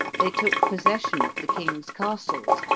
they took possession of the king's castles.